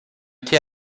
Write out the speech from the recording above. quai